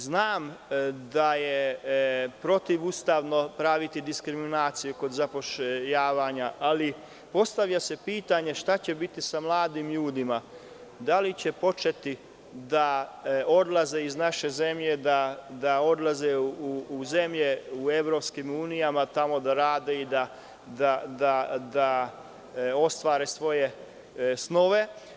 Znam da je protivustavno praviti diskriminacije kod zapošljavanja, ali postavlja se pitanje – šta će biti sa mladim ljudima, da li će početi da odlaze iz naše zemlje, da odlaze u zemlje u EU, tamo da rade i ostvare svoje snove?